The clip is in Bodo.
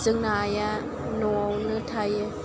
आइआ न'आवनो थायो